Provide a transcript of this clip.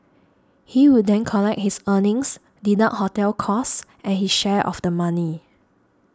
he will then collect his earnings deduct hotel costs and his share of the money